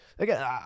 Again